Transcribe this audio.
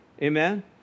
Amen